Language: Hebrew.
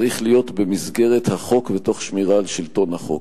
צריך להיות במסגרת החוק ותוך שמירה על שלטון החוק.